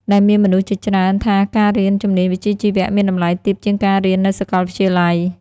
ដែលមានមនុស្សជាច្រើនថាការរៀនជំនាញវិជ្ជាជីវៈមានតម្លៃទាបជាងការរៀននៅសាកលវិទ្យាល័យ។